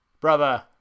Brother